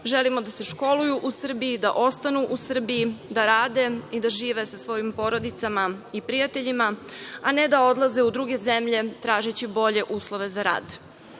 Želimo da se školuju u Srbiji, da ostanu u Srbiji, da rade i da žive sa svojim porodicama i prijateljima, a ne da odlaze u druge zemlje tražeći bolje uslove za rad.